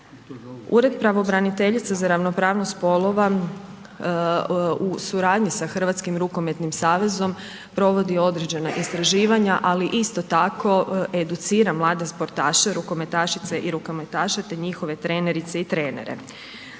Ured pravobraniteljice za ravnopravnost spolova u suradnji sa Hrvatskim rukometnim savezom provodi određena istraživanja ali isto tako educira mlade sportaše, rukometašice i rukometaše te njihove trenerice i trenere.